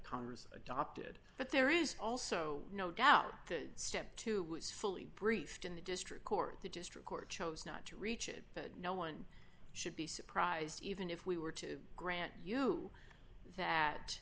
congress adopted but there is also no doubt that step two was fully briefed in the district court they just record chose not to reach it no one should be surprised even if we were to grant you that